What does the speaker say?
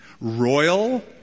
royal